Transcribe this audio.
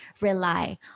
rely